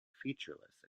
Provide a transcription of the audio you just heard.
featureless